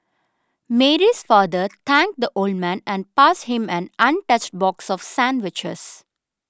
Mary's father thanked the old man and passed him an untouched box of sandwiches